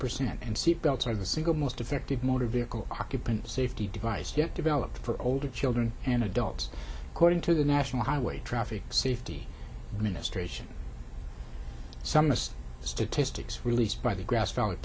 percent and seat belts are the single most effective motor vehicle occupant safety device yet developed for older children and adults according to the national highway traffic safety administration some of the statistics released by the grass val